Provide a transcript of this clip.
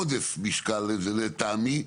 עודף משקל לטעמי,